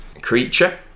creature